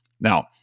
Now